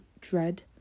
dread